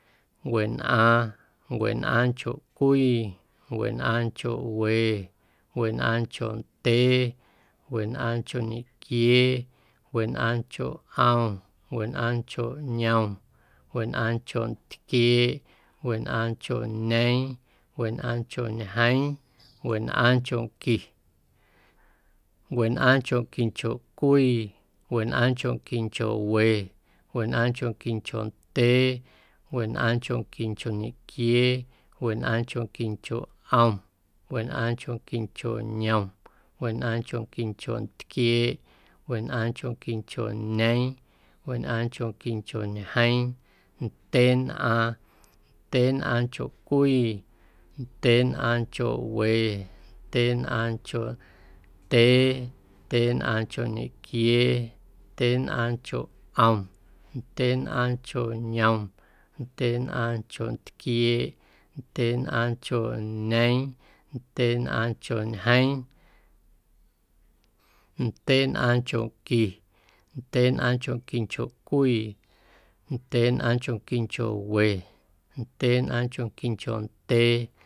Wenꞌaaⁿ, wenꞌaaⁿncho cwii, wenꞌaaⁿncho we, wenꞌaaⁿncho ndyee, wenꞌaaⁿncho ñequiee, wenꞌaaⁿncho ꞌom, wenꞌaaⁿncho yom, wenꞌaaⁿncho ntquieeꞌ, wenꞌaaⁿncho ñeeⁿ, wenꞌaaⁿncho ñjeeⁿ, wenꞌaaⁿnchonqui, wenꞌaaⁿnchonquincho cwii, wenꞌaaⁿnchonquincho we, wenꞌaaⁿnchonquincho ndyee, wenꞌaaⁿnchonquincho ñequiee, wenꞌaaⁿnchonquincho ꞌom, wenꞌaaⁿnchonquincho yom, wenꞌaaⁿnchonquincho ntquieeꞌ, wenꞌaaⁿnchonquincho ñeeⁿ, wenꞌaaⁿnchonquincho ñjeeⁿ, ndyeenꞌaaⁿ, ndyeenꞌaaⁿncho cwii, ndyeenꞌaaⁿncho we, ndyeenꞌaaⁿncho ndyee, ndyeenꞌaaⁿncho ñequiee, ndyeenꞌaaⁿncho ꞌom, ndyeenꞌaaⁿncho yom, ndyeenꞌaaⁿncho tquieeꞌ, ndyeenꞌaaⁿncho ñeeⁿ ndyeenꞌaaⁿncho ñjeeⁿ, ndyeenꞌaaⁿnchonqui, ndyeenꞌaaⁿnchonquincho cwii, ndyeenꞌaaⁿnchonquincho we, ndyeenꞌaaⁿnchonquincho ndyee.